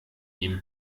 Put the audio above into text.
ihm